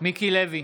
מיקי לוי,